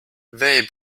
they